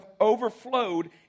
overflowed